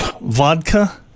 vodka